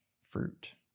fruit